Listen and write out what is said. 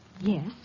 Yes